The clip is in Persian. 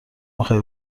میخوای